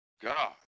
God